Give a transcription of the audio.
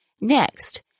Next